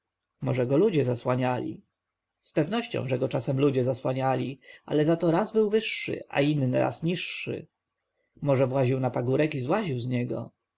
może go ludzie zasłaniali z pewnością że go czasem ludzie zasłaniali ale zato raz był wyższy a inny raz niższy może właził na pagórek i złaził z niego